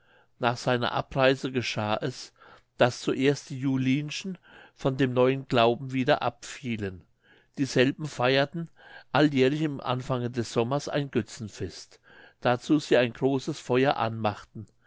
nach seiner abreise geschah es daß zuerst die julinschen von dem neuen glauben wieder abfielen dieselben feierten alljährlich im anfange des sommers ein götzenfest dazu sie ein großes feuer anmachten